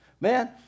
Man